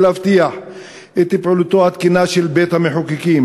להבטיח את פעילותו התקינה של בית-המחוקקים,